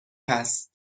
هست